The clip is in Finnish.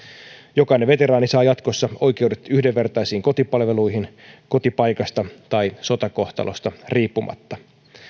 jokainen veteraani saa jatkossa oikeudet yhdenvertaisiin kotipalveluihin kotipaikasta tai sotakohtalosta riippumatta